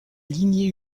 lignée